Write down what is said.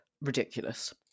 Ridiculous